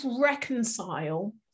reconcile